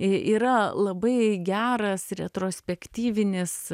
yra labai geras retrospektyvinis